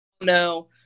no